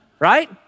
Right